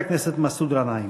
חבר הכנסת מסעוד גנאים.